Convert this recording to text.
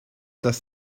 dass